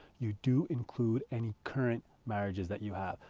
you do include any current marriages that you have.